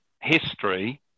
history